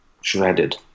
shredded